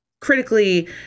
critically